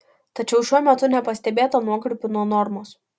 tačiau šiuo metu nepastebėta nuokrypių nuo normos